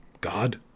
God